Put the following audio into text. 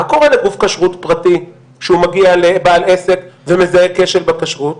מה קורה לגוף כשרות פרטי כשהוא מגיע לבעל עסק ומזהה כשל בכשרות?